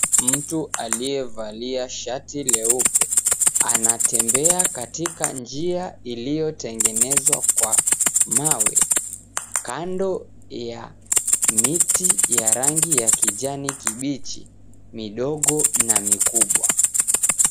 Mtu aliyevalia shati leupe, anatembea katika njia iliyotengenezwa kwa mawe. Kando ya miti ya rangi ya kijani kibichi midogo na mikubwa.